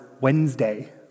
Wednesday